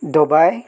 Dubai